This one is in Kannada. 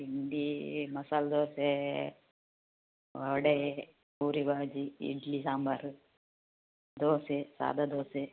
ತಿಂಡೀ ಮಸಾಲ ದೋಸೇ ವಡೇ ಪೂರಿ ಬಾಜಿ ಇಡ್ಲಿ ಸಾಂಬಾರು ದೋಸೆ ಸಾದಾ ದೋಸೆ